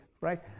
right